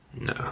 No